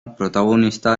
protagonista